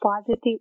positive